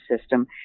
system